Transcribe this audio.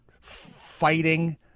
fighting